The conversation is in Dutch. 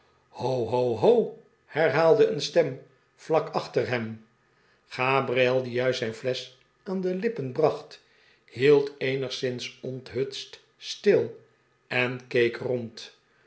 ho ho herhaalde een stem vlak achter hem gabriel die juist zijn flesch aan de lippen bracht hield eenigszins onthutst stil en keek rond